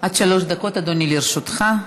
עד שלוש דקות, אדוני, לרשותך.